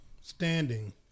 standing